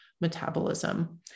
metabolism